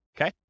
Okay